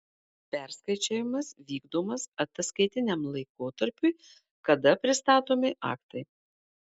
perskaičiavimas vykdomas ataskaitiniam laikotarpiui kada pristatomi aktai